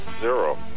zero